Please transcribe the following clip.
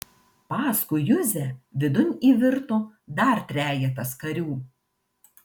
paskui juzę vidun įvirto dar trejetas karių